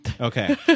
Okay